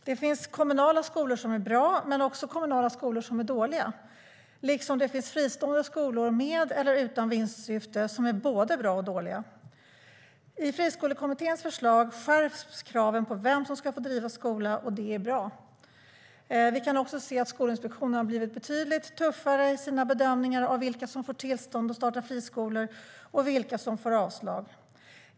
Det finns kommunala skolor som är bra men också kommunala skolor som är dåliga, liksom det finns fristående skolor med eller utan vinstsyfte som är bra och sådana som är dåliga. Vi kan också se att Skolinspektionen har blivit betydligt tuffare i sina bedömningar av vilka som får tillstånd att starta friskolor och vilka som får avslag.